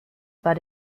war